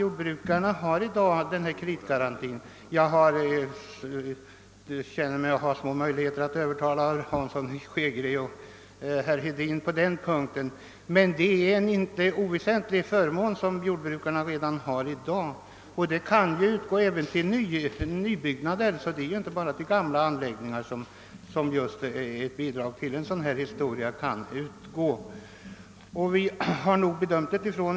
Jordbrukarna har i dag denna kreditgaranti. Jag tror inte att jag kan övertyga herrar Hansson i Skegrie och Hedin om att detta är en icke oväsentlig förmån som jordbrukarna redan i dag har. Kreditgarantierna gäller även nybyggnader och alltså inte bara ombyggnader av gamla anläggningar.